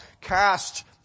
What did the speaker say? cast